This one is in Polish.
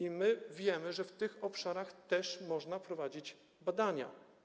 I my wiemy, że w tych obszarach też można prowadzić badania.